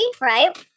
right